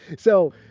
so,